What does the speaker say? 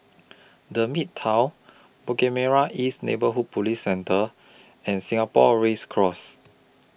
The Midtown Bukit Merah East Neighbourhood Police Centre and Singapore Race Course